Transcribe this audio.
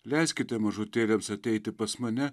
leiskite mažutėliams ateiti pas mane